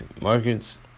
markets